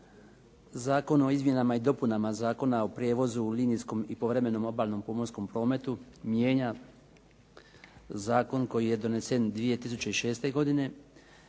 Zakon o izmjenama i dopunama Zakona o prijevozu u linijskom i povremenom obalnom pomorskom prometu mijenja zakon koji je donesen 2006. godine